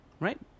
Right